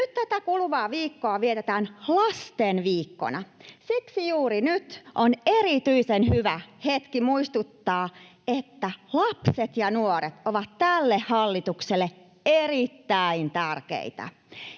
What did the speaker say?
nyt tätä kuluvaa viikkoa vietetään Lastenviikkona. Siksi juuri nyt on erityisen hyvä hetki muistuttaa, että lapset ja nuoret ovat tälle hallitukselle erittäin tärkeitä.